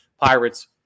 Pirates